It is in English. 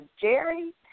Jerry